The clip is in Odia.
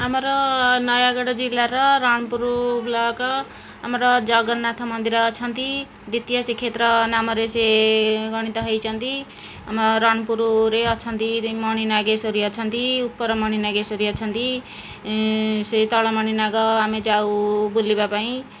ଆମର ନୟାଗଡ଼ ଜିଲ୍ଲାର ରଣପୁର ବ୍ଲକ ଆମର ଜଗନ୍ନାଥ ମନ୍ଦିର ଅଛନ୍ତି ଦ୍ଵିତୀୟ ଶ୍ରୀକ୍ଷେତ୍ର ନାମରେ ସେ ଗଣିତ ହୋଇଛନ୍ତି ଆମ ରଣପୁରରେ ଅଛନ୍ତି ମଣି ନଗେଶ୍ୱରୀ ଅଛନ୍ତି ଉପର ମଣି ନଗେଶ୍ୱରୀ ଅଛନ୍ତି ସେ ତଳ ମଣିନାଗ ଆମେ ଯାଉ ବୁଲିବା ପାଇଁ